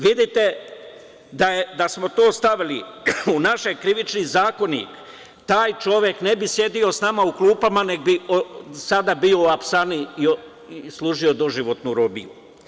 Vidite, da smo to stavili u naš Krivični zakonik, taj čovek ne bi sedeo sa nama u klupama, nego bi sada bio u apsani i služio doživotnu robiju.